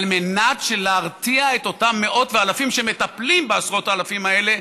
על מנת להרתיע את אותם מאות ואלפים שמטפלים בעשרות האלפים האלה,